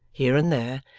here and there,